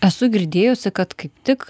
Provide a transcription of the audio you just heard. esu girdėjusi kad kaip tik